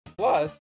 Plus